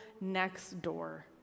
next-door